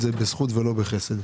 העליהום הציבורי עליה בזכות ולא בחסד,